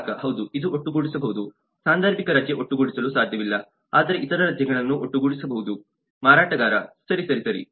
ಗ್ರಾಹಕ ಹೌದು ಇದು ಒಟ್ಟುಗೂಡಿಸಬಹುದು ಸಾಂದರ್ಭಿಕ ರಜೆ ಒಟ್ಟುಗೂಡಿಸಲು ಸಾಧ್ಯವಿಲ್ಲ ಆದರೆ ಇತರ ರಜೆಗಳನ್ನು ಒಟ್ಟುಗೂಡಿ ಸಬಹುದು ಮಾರಾಟಗಾರ ಸರಿ ಸರಿ ಸರಿ